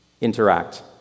interact